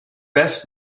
best